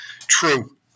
True